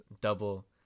double